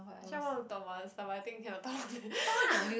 actually I want to talk about other stuff but I think cannot talk